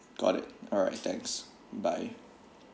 got it alright thanks bye